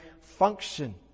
function